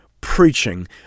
preaching